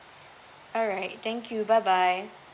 alright thank you bye bye